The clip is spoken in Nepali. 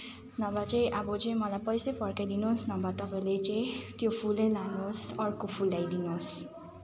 नभए चाहिँ अब चाहिँ मलाई पैसै फर्काइ दिनुहोस् नभए तपाईँले चाहिँ त्यो फुलै लानुहोस् अर्को फुल ल्याइदिनुहोस्